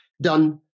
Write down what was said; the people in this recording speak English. done